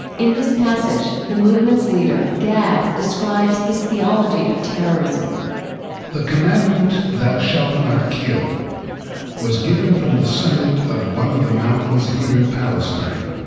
in this passage, the movement's leader, gad, describes his theology of terrorism the commandment thou shalt not kill was given from the summit of one of the mountains here in palestine,